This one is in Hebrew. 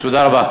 תודה רבה.